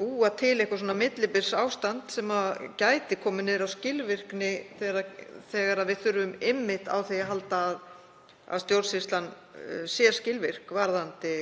búa til eitthvert millibilsástand sem gæti komið niður á skilvirkni þegar við þurfum einmitt á því að halda að stjórnsýslan sé skilvirk varðandi